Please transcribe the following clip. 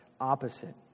opposite